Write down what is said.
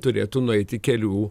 turėtų nueiti kelių